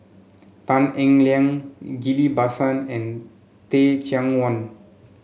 Tan Eng Liang Ghillie Basan and Teh Cheang Wan